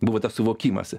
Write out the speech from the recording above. buvo tas suvokimas